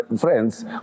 friends